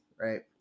right